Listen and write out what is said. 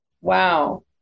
Wow